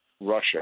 Russia